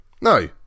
No